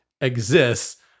exists